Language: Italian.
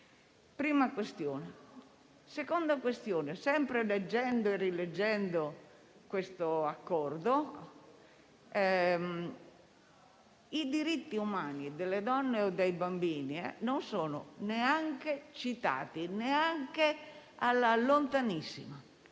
prima questione. La seconda è la seguente. Sempre leggendo e rileggendo questo accordo, i diritti umani delle donne o dei bambini non sono neanche citati, neanche evocati,